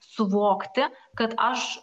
suvokti kad aš